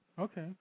Okay